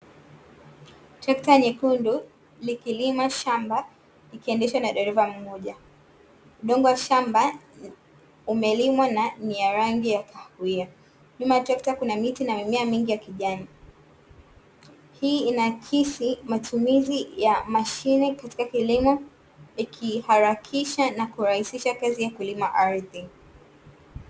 Trekta nyekundu likilima shamba, likiendeshwa na dereva mmoja. Udongo wa shamba umelimwa na ni wa rangi ya kahawia. Nyuma ya trekta kuna trekta na miti na mimea mingi ya kijani. Hii inaakisi matumizi ya mashine katika kilimo, ikiharakisha na kurahisisha kazi ya kulima ardhi